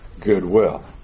goodwill